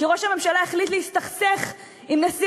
כי ראש הממשלה החליט להסתכסך עם נשיא